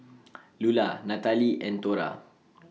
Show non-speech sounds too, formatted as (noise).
(noise) Lulla Natalee and Thora (noise)